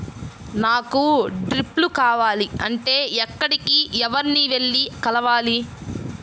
నాకు డ్రిప్లు కావాలి అంటే ఎక్కడికి, ఎవరిని వెళ్లి కలవాలి?